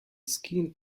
skin